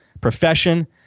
profession